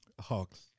Hawks